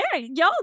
Yo